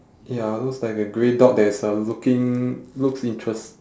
ya looks like a grey dog that is uh looking looks interest~